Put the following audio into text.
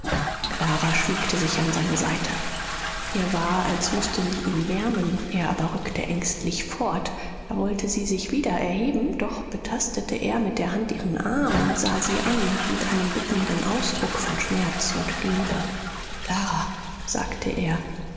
clara schmiegte sich an seine seite ihr war als müßte sie ihn wärmen er aber rückte ängstlich fort da wollte sie sich wieder erheben doch betastete er mit der hand ihren arm und sah sie an mit einem bittenden ausdruck von schmerz und liebe clara sagte er